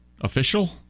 Official